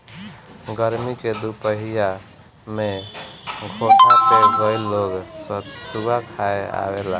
गरमी के दुपहरिया में घोठा पे कई लोग सतुआ खाए आवेला